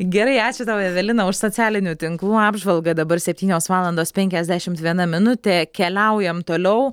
gerai ačiū tau evelina už socialinių tinklų apžvalgą dabar septynios valandos penkiasdšimt viena minutę keliaujame toliau